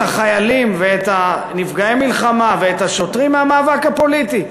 החיילים ואת נפגעי המלחמה ואת השוטרים מהמאבק הפוליטי.